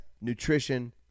nutrition